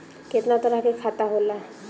केतना तरह के खाता होला?